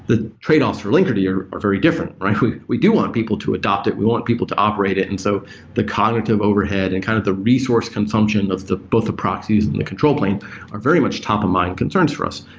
the tradeoff for linkerd are are very different. we we do want people to adopt it. we want people to operate it. and so the cognitive overhead and kind of the resource consumption of both the proxies and the control plane are very much top of mind concerns for us.